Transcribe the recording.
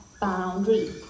boundary